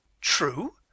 True